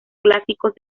clásicos